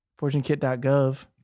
Fortunekit.gov